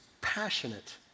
passionate